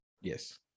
Yes